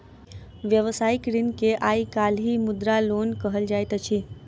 व्यवसायिक ऋण के आइ काल्हि मुद्रा लोन कहल जाइत अछि